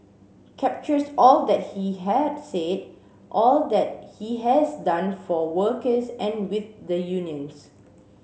captures all that he had said all that he has done for workers and with the unions